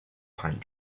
pine